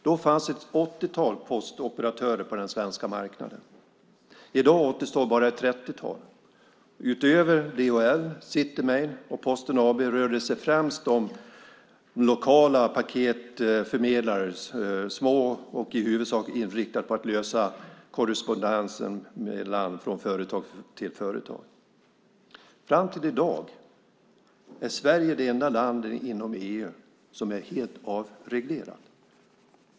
Då fanns ett åttiotal postoperatörer på den svenska marknaden. I dag återstår bara ett trettiotal. Utöver DHL, City Mail och Posten AB rör det sig främst om lokala paketförmedlare som är små och i huvudsak inriktade på att sköta korrespondens från företag till företag. Fram till i dag är Sverige det enda land inom EU som är helt avreglerat.